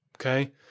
okay